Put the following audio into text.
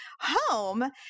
home